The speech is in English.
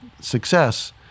success